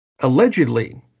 Allegedly